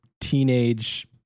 teenage